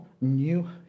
new